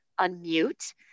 unmute